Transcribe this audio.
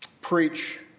preach